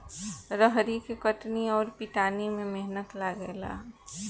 रहरी के कटनी अउर पिटानी में मेहनत लागेला